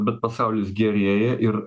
bet pasaulis gerėja ir